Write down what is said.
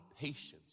patience